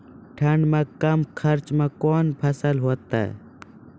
ठंड मे कम खर्च मे कौन फसल होते हैं?